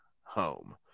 home